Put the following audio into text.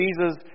Jesus